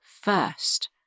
first